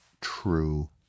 true